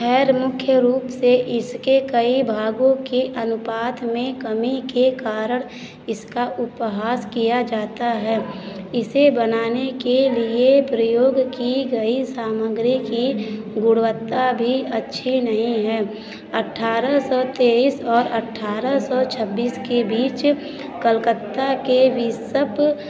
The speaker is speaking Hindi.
खैर मुख्य रूप से इसके कई भागों के अनुपात में कमी के कारण इसका उपहास किया जाता है इसे बनाने के लिए प्रयोग की गई सामग्री की गुणवत्ता भी अच्छी नहीं है अठारह सौ तेइस और अठारह सौ छब्बीस के बीच कलकत्ता के बिशप